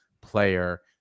player